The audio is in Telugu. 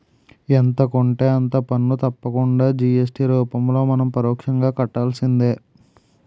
ఎంత కొంటే అంత పన్ను తప్పకుండా జి.ఎస్.టి రూపంలో మనం పరోక్షంగా కట్టాల్సిందే